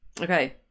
Okay